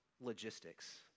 logistics